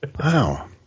Wow